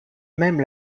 même